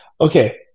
Okay